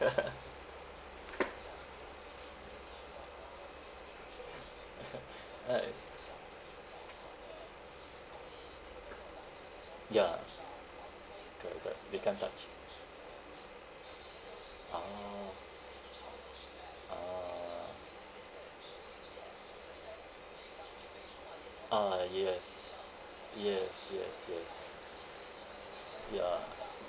~ ight ya correct correct they can't touch ah ah ah yes yes yes yes ya